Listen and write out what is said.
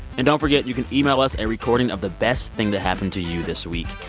and forget, you can email us a recording of the best thing that happened to you this week,